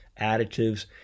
additives